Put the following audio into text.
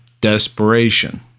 desperation